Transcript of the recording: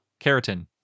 Keratin